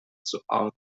zuordnen